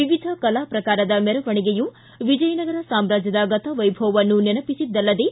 ವಿವಿಧ ಕಲಾ ಪ್ರಕಾರದ ಮೆರವಣಿಗೆಯು ವಿಜಯನಗರ ಸಾಮ್ರಾಜ್ಯದ ಗತವೈಭವವನ್ನು ನೆನೆಪಿಸಿದ್ದಲ್ಲದೇ